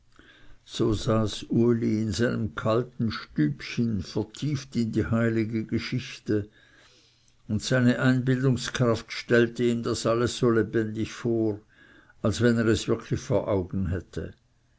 so saß uli in seinem kalten stübchen vertieft in die heilige geschichte und seine einbildungskraft stellte ihm das alles so lebendig vor als wenn er es wirklich vor augen hätte